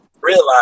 realize